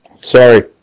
Sorry